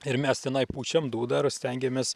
ir mes tenai pučiam dūdą ir stengiamės